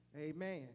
Amen